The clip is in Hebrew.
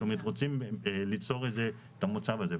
רוצים ליצור את המצב הזה.